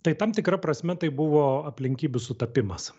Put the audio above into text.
tai tam tikra prasme tai buvo aplinkybių sutapimas